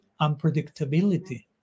unpredictability